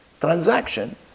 transaction